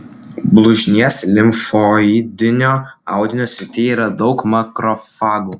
blužnies limfoidinio audinio srityje yra daug makrofagų